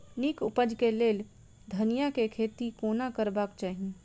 नीक उपज केँ लेल धनिया केँ खेती कोना करबाक चाहि?